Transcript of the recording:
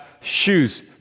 shoes